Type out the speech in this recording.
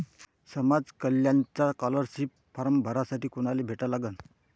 समाज कल्याणचा scholarship form भरासाठी कुनाले भेटा लागन?